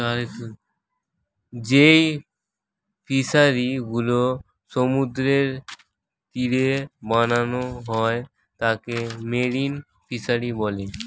যেই ফিশারি গুলো সমুদ্রের তীরে বানানো হয় তাকে মেরিন ফিসারী বলে